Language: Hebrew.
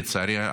לצערי,